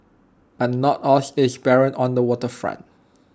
but not all is barren on the Water Front